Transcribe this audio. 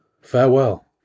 Farewell